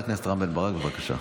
חבר הכנסת רם בן ברק, בבקשה.